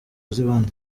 z’abandi